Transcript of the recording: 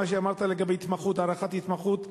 מה שאמרת לגבי הארכת התמחות,